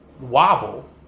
Wobble